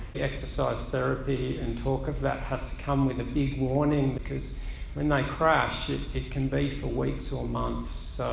the exercise therapy and talk of that has to come with a big warning because when they crash it can be for weeks or months.